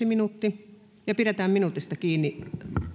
minuutti ja pidetään minuutista kiinni